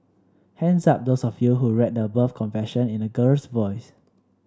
hands up those of you who read the above confession in a girl's voice